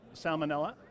salmonella